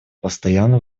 постоянно